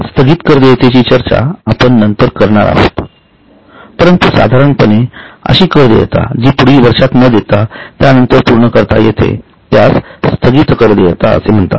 स्थागित देयतेची चर्चा आपण नंतर करणार आहोत परंतु साधारणपणे अशी कर देयता जी पुढील वर्षात न देता त्यानंतर पूर्ण करता येते त्यास स्थगित कर देयता असे म्हणतात